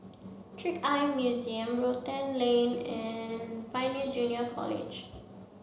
Trick Eye Museum Rotan Lane and Pioneer Junior College